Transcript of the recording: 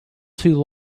too